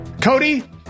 Cody